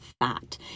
fat